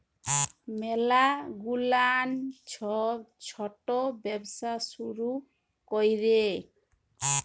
ম্যালা গুলান ছব ছট ব্যবসা শুরু ক্যরে